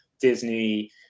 Disney